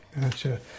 Gotcha